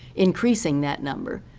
increasing that number,